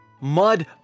mud